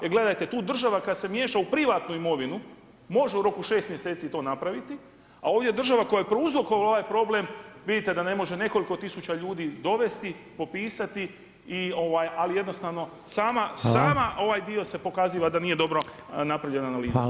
Jel gledajte, tu država kada se miješa u privatnu imovinu može u roku 6 mjeseci to napraviti, a ovdje država koja je prouzrokovala ovaj problem vidite da ne može nekoliko tisuća ljudi dovesti, popisati, ali jednostavno sam ovaj dio se pokazuje da nije dobro napravljena analiza.